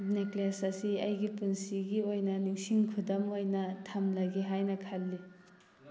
necklace ꯑꯁꯤ ꯑꯩꯒꯤ ꯄꯨꯟꯁꯤꯒꯤ ꯑꯣꯏꯅ ꯅꯤꯡꯁꯤꯡ ꯈꯨꯗꯝ ꯑꯣꯏꯅ ꯊꯝꯂꯒꯦ ꯍꯥꯏꯅ ꯈꯜꯂꯤ